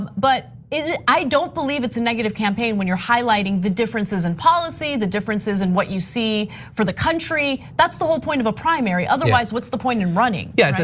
but i don't believe it's a negative campaign when you're highlighting the differences in policy, the differences in what you see for the country, that's the whole point of a primary. otherwise, what's the point in running? yeah,